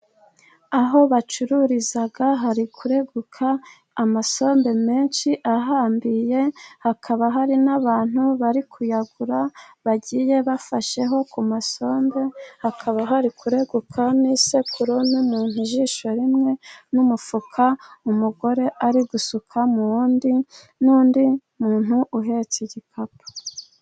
Aho bacururiza hari kureguka amasombe menshi ahambiriye, hakaba hari n'abantu bari kuyagura bagiye bafasheho ku masombe, hakaba hari kureguka n'isekuru n'umuntu ijisho rimwe n'umufuka, umugore ari gusuka mu wundi n'undi muntu uhetse igikapu.